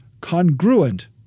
congruent